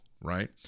right